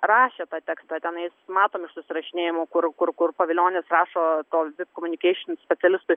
rašė tą tekstą tenais matom iš susirašinėjimų kur kur kur pavilionis rašo to vip communication specialistui